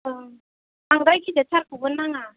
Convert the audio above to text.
ओं बांद्राय गिदिरथारखौबो नाङा